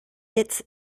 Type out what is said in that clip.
its